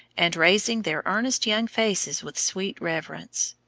and raising their earnest young faces with sweet reverence.